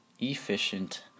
efficient